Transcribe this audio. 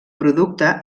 producte